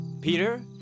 Peter